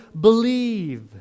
believe